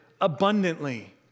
abundantly